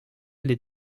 les